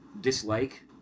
dislike